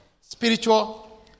spiritual